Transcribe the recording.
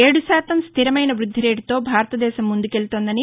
ఏదు శాతం స్టిరమైన వృద్దిరేటుతో భారతదేశం ముందుకెళుతోందని